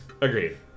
Agreed